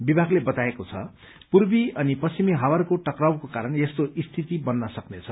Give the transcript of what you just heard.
विभागले बताएको छ पूर्वी अनि पश्चिमी हावाहरूको टकरावको कारण यस्तो स्थिति बन्न सक्नेछ